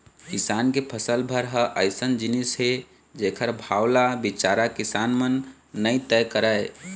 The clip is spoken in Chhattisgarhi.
किसान के फसल भर ह अइसन जिनिस हे जेखर भाव ल बिचारा किसान मन नइ तय करय